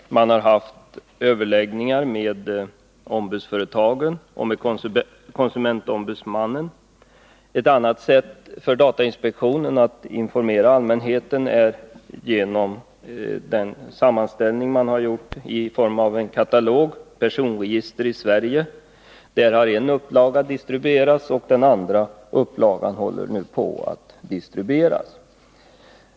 Man har haft överläggningar med ombudsföretagen och med konsumentombudsmannen. Ett annat sätt för datainspektionen att informera allmänheten är genom den sammanställning man har gjort i form av katalogen Personregister i Sverige. En upplaga av katalogen har distribuerats, och den andra håller på att distribueras.